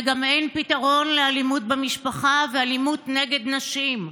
וגם אין פתרון לאלימות במשפחה ולאלימות נגד נשים.